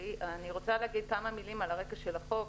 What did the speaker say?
רוצה להגיד כמה מילים על הרקע של החוק,